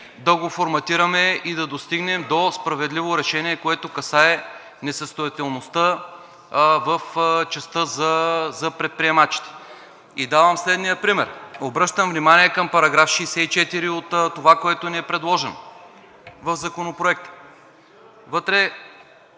да го форматираме и да достигнем до справедливо решение, което касае несъстоятелността в частта за предприемачите. Давам следния пример: oбръщам внимание на § 64 от това, което ни е предложено в Законопроекта. Вътре